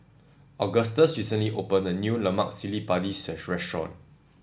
Agustus recently opened a new Lemak Cili Padi restaurant